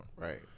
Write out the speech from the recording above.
Right